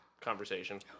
conversation